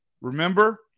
Remember